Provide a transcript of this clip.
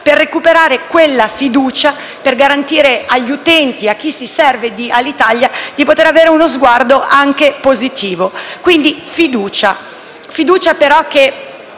per recuperare fiducia e garantire agli utenti e a chi si serve di Alitalia di poter avere uno sguardo anche positivo. Quindi fiducia. Fiducia, però, che